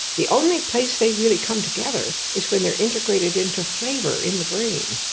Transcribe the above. the only place they really come together is when they are integrated into flavour in the brain.